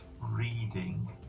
reading